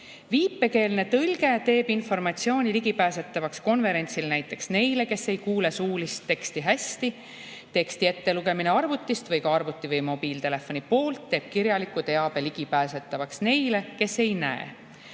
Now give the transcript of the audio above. Viipekeelne tõlge teeb informatsiooni ligipääsetavaks konverentsil näiteks neile, kes ei kuule suulist teksti hästi. Teksti ettelugemine arvutist või ka arvuti või mobiiltelefoni poolt teeb kirjaliku teabe ligipääsetavaks neile, kes ei näe.